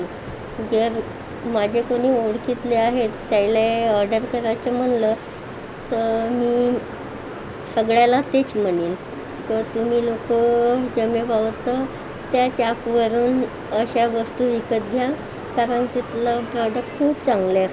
जर माझ्या कुणी ओळखीतले आहेत त्याइले ऑर्डर करायचे म्हणलं तर मी सगळ्यांला तेच म्हणीन तर तुम्ही लोक जमेल बाबा तर त्याच ॲपवरून अशा वस्तू विकत घ्या कारण तिथलं प्रोडक्ट खूप चांगलं आहे